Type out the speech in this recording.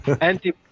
Anti